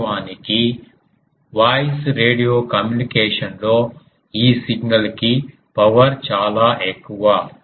వాస్తవానికి voice radio కమ్యూనికేషన్లో ఈ సిగ్నల్ కి పవర్ చాలా ఎక్కువ